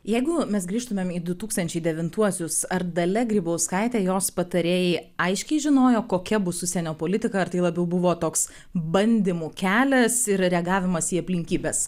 jeigu mes grįžtumėm į du tūkstančiai devintuosius ar dalia grybauskaitė jos patarėjai aiškiai žinojo kokia bus užsienio politika ar tai labiau buvo toks bandymų kelias ir reagavimas į aplinkybes